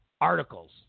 articles